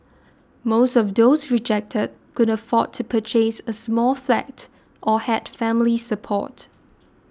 most of those rejected could afford to purchase a small flat or had family support